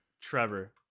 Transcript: Trevor